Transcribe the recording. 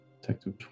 Detective